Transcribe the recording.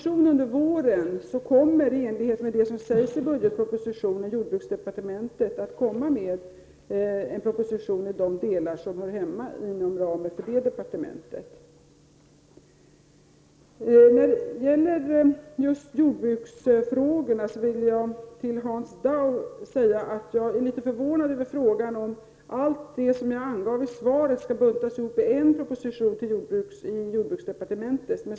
I enlighet med det som sägs i budgetpropositionen kommer jordbruksdepartementet med en proposition i de delar som hör hemma i det departementet. När det gäller jordbruksfrågorna vill jag säga till Hans Dau att jag är förvånad över hans fråga om huruvida allt det som jag angav i svaret skall buntas ihopi en proposition i jordbruksdepartement.